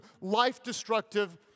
life-destructive